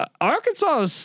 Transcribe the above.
Arkansas